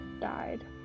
died